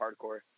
hardcore